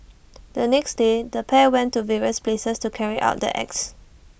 the next day the pair went to various places to carry out the acts